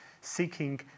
seeking